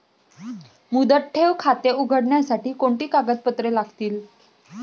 मुदत ठेव खाते उघडण्यासाठी कोणती कागदपत्रे लागतील?